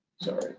Sorry